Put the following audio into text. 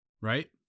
Right